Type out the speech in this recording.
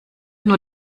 nur